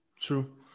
true